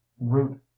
root